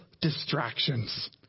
distractions